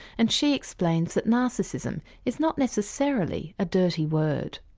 and she explains that narcissism is not necessarily a dirty word.